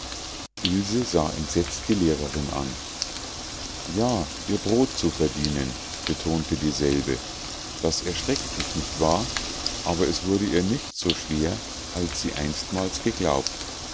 ilse sah entsetzt die lehrerin an ja ihr brot zu verdienen betonte dieselbe das erschreckt dich nicht wahr aber es wurde ihr nicht so schwer als sie einstmals geglaubt